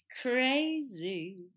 Crazy